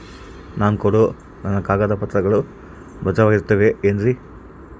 ನಾನು ಕೊಡೋ ನನ್ನ ಕಾಗದ ಪತ್ರಗಳು ಭದ್ರವಾಗಿರುತ್ತವೆ ಏನ್ರಿ?